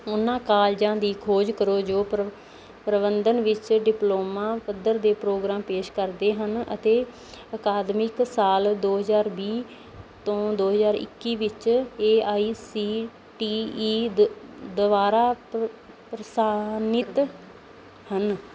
ਉਹਨਾਂ ਕਾਲਜਾਂ ਦੀ ਖੋਜ ਕਰੋ ਜੋ ਪ੍ਰ ਪ੍ਰਬੰਧਨ ਵਿੱਚ ਡਿਪਲੋਮਾ ਪੱਧਰ ਦੇ ਪ੍ਰੋਗਰਾਮ ਪੇਸ਼ ਕਰਦੇ ਹਨ ਅਤੇ ਅਕਾਦਮਿਕ ਸਾਲ ਦੋ ਹਜ਼ਾਰ ਵੀਹ ਤੋਂ ਦੋ ਹਜ਼ਾਰ ਇੱਕੀ ਵਿੱਚ A I C T E ਦ ਦੁਆਰਾ ਪ੍ਰ ਪ੍ਰਵਾਨਿਤ ਹਨ